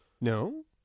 No